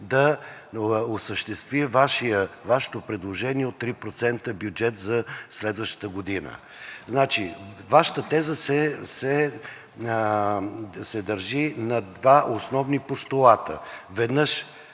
да осъществи Вашето предложение от 3%-ен бюджет за следващата година. Вашата теза се държи на два основни постулата. Веднъж